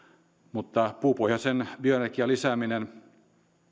mutta puupohjoisen bioenergian lisääminen